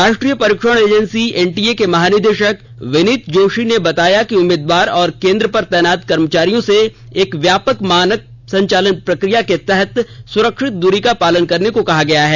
राष्ट्रीय परीक्षण agency NTA के महानिदेशक विनीत जोशी ने बताया कि उम्मीदवारों और केंद्र पर तैनात कर्मचारियों से एक व्यापक मानक संचालन प्रक्रिया के तहत सुरक्षित दूरी का पालन करने को कहा गया है